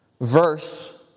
verse